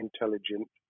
intelligent